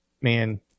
man